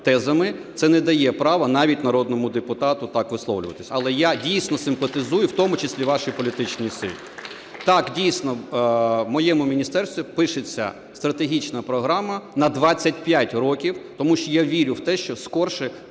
це не дає права навіть народному депутату так висловлюватись. Але я дійсно симпатизую, в тому числі вашій політичній силі. Так, дійсно, в моєму міністерстві пишеться стратегічна програма на 25 років, тому що я вірю в те, що скоріше